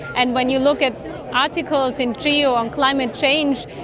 and when you look at articles in geo on climate change,